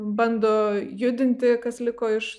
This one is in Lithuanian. bando judinti kas liko iš